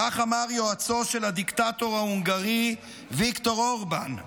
כך אמר יועצו של הדיקטטור ההונגרי ויקטור אורבן.